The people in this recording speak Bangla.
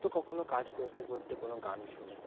তো কখনও কাজ করতে করতে কোনো গান শুনি